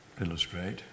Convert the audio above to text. illustrate